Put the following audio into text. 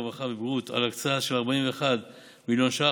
הרווחה והבריאות על הקצאה של 41 מיליון שקלים